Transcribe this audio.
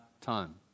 time